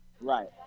Right